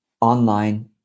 online